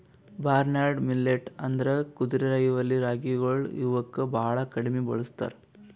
barnyard millet ಅಂದುರ್ ಕುದುರೆರೈವಲಿ ರಾಗಿಗೊಳ್ ಇವುಕ್ ಭಾಳ ಕಡಿಮಿ ಬೆಳುಸ್ತಾರ್